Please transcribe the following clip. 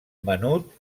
menut